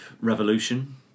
revolution